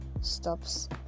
stops